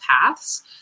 paths